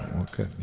Okay